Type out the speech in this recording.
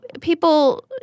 people